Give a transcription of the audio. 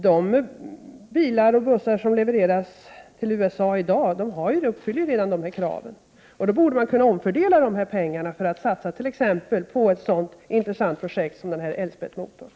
De bilar och bussar som levereras till USA i dag uppfyller de kraven, och då borde man kunna omfördela pengarna för att satsa t.ex. på ett så intressant projekt som Elsbett-motorn.